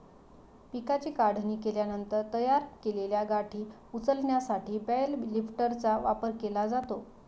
पिकाची काढणी केल्यानंतर तयार केलेल्या गाठी उचलण्यासाठी बेल लिफ्टरचा वापर केला जातो